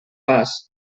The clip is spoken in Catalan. pas